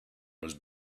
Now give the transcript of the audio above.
was